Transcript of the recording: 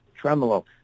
tremolo